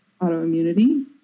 autoimmunity